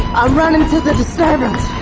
ah running to the disturbance!